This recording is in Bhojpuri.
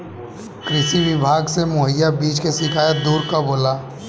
कृषि विभाग से मुहैया बीज के शिकायत दुर कब होला?